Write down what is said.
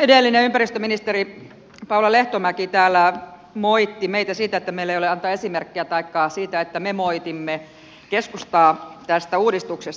edellinen ympäristöministeri paula lehtomäki täällä moitti meitä siitä että meillä ei ole antaa esimerkkiä taikka siitä että me moitimme keskustaa tästä uudistuksesta